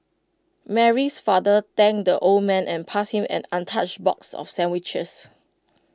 Mary's father thanked the old man and passed him an untouched box of sandwiches